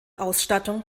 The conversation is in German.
ausstattung